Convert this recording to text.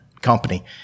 Company